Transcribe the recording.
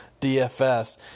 DFS